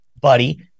Buddy